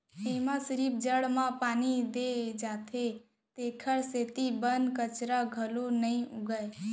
एमा सिरिफ जड़ म पानी दे जाथे तेखर सेती बन कचरा घलोक नइ उगय